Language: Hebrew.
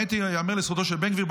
ייאמר לזכותו של בן גביר,